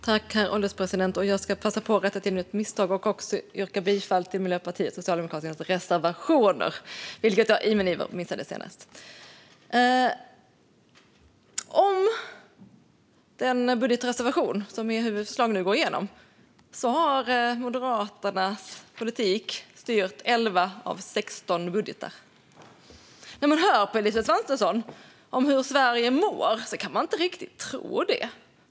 Herr ålderspresident! Jag ska passa på att rätta till mitt misstag och yrka bifall till Miljöpartiets och Socialdemokraternas reservationer, vilket jag i min iver missade att göra. Med den budgetreservation som nu kommer att gå igenom har Moderaternas politik styrt 11 av 16 budgetar. När man hör på Elisabeth Svantesson om hur Sverige mår kan man inte riktigt tro det.